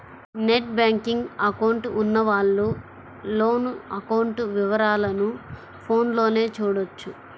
net banking account ఉన్నవాళ్ళు loan account వివరాలను ఫోన్లోనే చూడొచ్చు